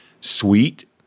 sweet